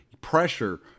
pressure